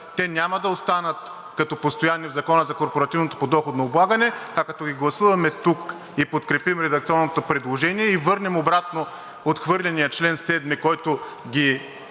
те няма да останат като постоянни в Закона за корпоративното подоходно облагане, а като ги гласуваме тук и подкрепим редакционното предложение и върнем обратно отхвърления чл. 7, който ги